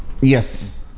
Yes